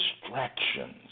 distractions